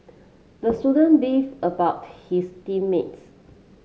the student beefed about his team mates